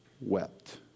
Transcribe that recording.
wept